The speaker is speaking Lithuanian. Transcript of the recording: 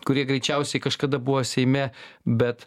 kurie greičiausiai kažkada buvo seime bet